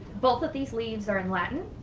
both of these leaves are in latin.